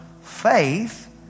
faith